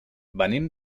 venim